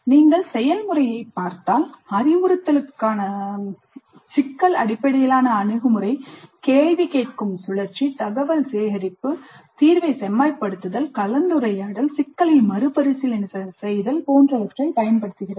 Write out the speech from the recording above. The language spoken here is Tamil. நீங்கள் செயல்முறையைப் பார்த்தால் அறிவுறுத்தலுக்கான சிக்கல் அடிப்படையிலான அணுகுமுறை கேள்வி கேட்டல் தகவல் சேகரிப்பு தீர்வைச் செம்மைப்படுத்துதல் கலந்துரையாடல் சிக்கலை மறுபரிசீலனை செய்தல் போன்றவற்றை சுழற்சி முறையில் பயன்படுத்துகிறது